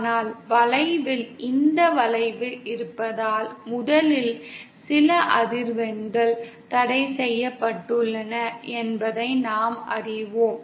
ஆனால் வளைவில் இந்த வளைவு இருப்பதால் முதலில் சில அதிர்வெண்கள் தடைசெய்யப்பட்டுள்ளன என்பதை நாம் அறிவோம்